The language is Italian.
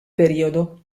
periodo